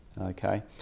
okay